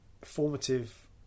formative